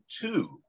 two